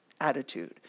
attitude